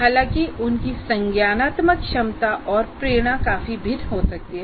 हालांकि उनकी संज्ञानात्मक क्षमता और प्रेरणा काफी भिन्न हो सकती है